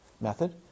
method